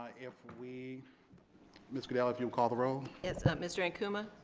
ah if we ms. goodell if you'll call the roll yes, mr. ankuma,